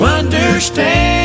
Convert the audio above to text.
understand